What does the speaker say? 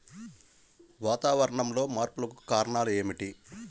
వాతావరణంలో మార్పులకు కారణాలు ఏమిటి?